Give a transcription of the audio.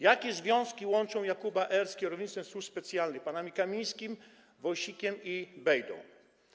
Jakie związki łączą Jakuba R. z kierownictwem służb specjalnych, panami Kamińskim, Wąsikiem i Bejdą?